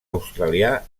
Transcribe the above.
australià